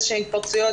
התפרצויות,